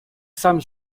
some